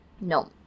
No